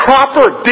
proper